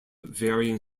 varying